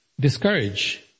discourage